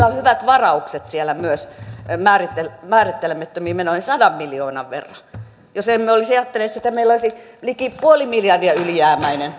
on siellä myös hyvät varaukset määrittelemättömiin menoihin sadan miljoonan verran jos emme olisi jättäneet sitä meillä olisi liki puoli miljardia ylijäämäinen